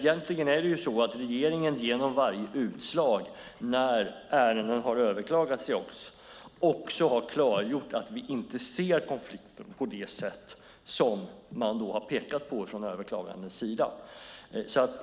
Genom varje utslag när ärenden har överklagats till regeringen har vi också klargjort att vi inte ser konflikten på det sätt som den överklagande har pekat på.